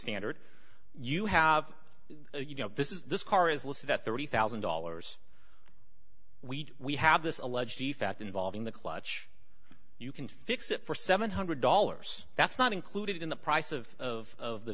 standard you have you know this is this car is listed at thirty thousand dollars we we have this alleged defect involving the clutch you can fix it for seven hundred dollars that's not included in the price of of of the